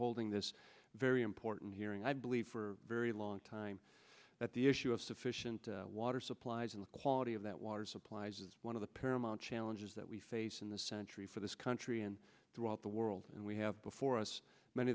holding this very important hearing i believe for very long time that the issue of sufficient water supplies and quality of that water supplies is one of the paramount challenges that we face in this century for this country and throughout the world and we have before us many